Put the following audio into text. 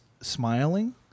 smiling